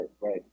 right